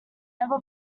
never